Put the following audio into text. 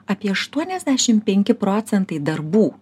apie aštuoniasdešim penki procentai darbų